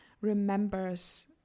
remembers